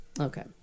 Okay